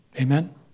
Amen